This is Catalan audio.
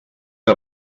que